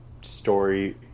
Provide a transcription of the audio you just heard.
story